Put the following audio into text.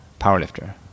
powerlifter